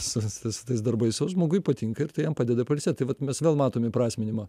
su su su tais darbais o žmogui patinka ir tai jam padeda pailsėt tai vat mes vėl matom įprasminimą